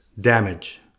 damage